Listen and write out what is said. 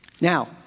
Now